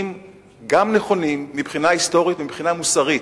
נכונים מבחינה היסטורית, מבחינה מוסרית,